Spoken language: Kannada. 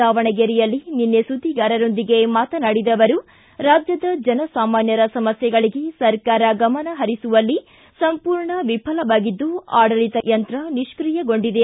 ದಾವಣಗೆರೆಯಲ್ಲಿ ನಿನ್ನೆ ಸುದ್ದಿಗಾರರೊಂದಿಗೆ ಮಾತನಾಡಿದ ಅವರು ರಾಜ್ಯದ ಜನಸಾಮಾನ್ಯರ ಸಮಸ್ಟೆಗಳಿಗೆ ಸರ್ಕಾರ ಗಮನ ಪರಿಸುವಲ್ಲಿ ಸಂಪೂರ್ಣ ವಿಫಲವಾಗಿದ್ದು ಆಡಳಿತ ಯಂತ್ರ ನಿಷ್ಠಿಯಗೊಂಡಿದೆ